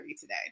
today